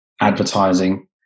advertising